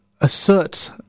asserts